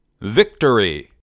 Victory